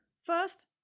First